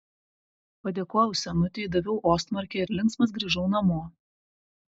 padėkojau senutei daviau ostmarkę ir linksmas grįžau namo